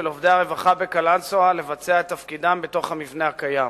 עובדי הרווחה בקלנסואה לבצע את תפקידם בתוך המבנה הקיים.